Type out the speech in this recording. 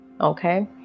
Okay